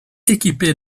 équipé